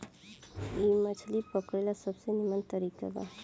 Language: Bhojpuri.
इ मछली पकड़े ला सबसे निमन तरीका बा